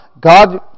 God